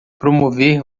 promover